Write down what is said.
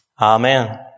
Amen